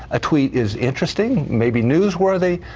a tweet is interesting, maybe newsworthy,